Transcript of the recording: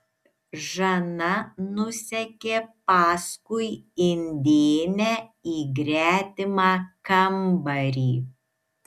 žana nusekė paskui indėnę į gretimą kambarį